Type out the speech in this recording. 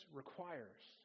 requires